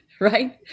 right